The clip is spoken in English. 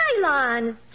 nylon